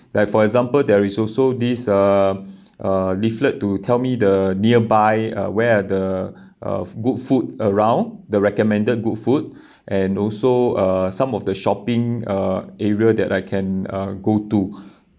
like for example there is also this uh leaflet to tell me the nearby uh where the uh good food around the recommended good food and also uh some of the shopping uh area that I can uh go to